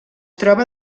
troba